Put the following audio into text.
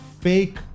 fake